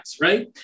right